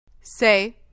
Say